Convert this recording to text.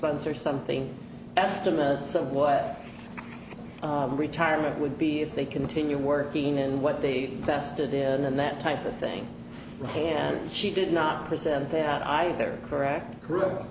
months or something estimates of what retirement would be if they continue working and what they tested in that type of thing and she did not present that either correct